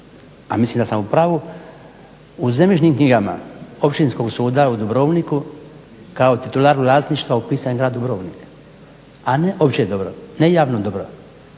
a mislim da sam u pravu, u zemljišnim knjigama Općinskog suda u Dubrovniku kao titular u vlasništva upisan je grad Dubrovnik, a ne opće dobro, ne javno dobro.